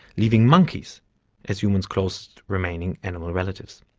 leaving monkeys as humans' closest remaining animal relatives.